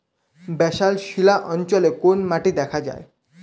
Basalt শিলা অঞ্চলে কোন মাটি দেখা যায়?